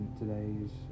today's